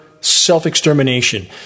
self-extermination